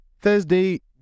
Thursday